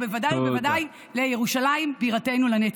ובוודאי ובוודאי לירושלים בירתנו לנצח.